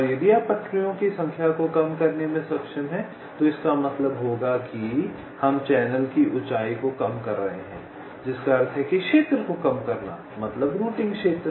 और यदि आप पटरियों की संख्या को कम करने में सक्षम हैं तो इसका मतलब होगा कि हम चैनल की ऊंचाई को कम कर रहे हैं जिसका अर्थ है कि क्षेत्र को कम करना मतलब रूटिंग क्षेत्र